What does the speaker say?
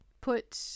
put